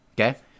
okay